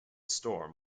storm